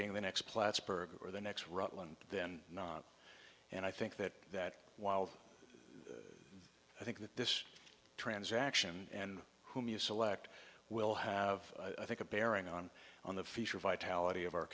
being the next plattsburgh or the next rutland then not and i think that that while i think that this transaction and whom you select will have i think a bearing on on the future vitality of our